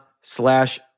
slash